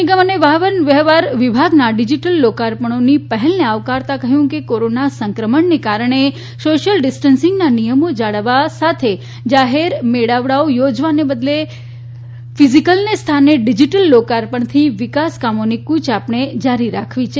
નિગમ અને વાહનવ્યવહાર વિભાગના આ ડિઝીટલ લોકાર્પણોની પહેલને આવકારતાં કહ્યું કે કોરોના સંક્રમણને કારણે સોશિયલ ડિસ્ટન્સીંગના નિયમો જાળવવા સાથે જાહેર સમારંભો મેળાવડાઓ યોજવાને બદલે ફિઝીકલને સ્થાને ડિઝીટલ લોકાર્પણથી વિકાસ કામોની ફૂચ આપણે જારી રાખવી છે